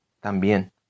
también